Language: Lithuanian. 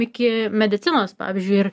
iki medicinos pavyzdžiu ir